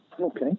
Okay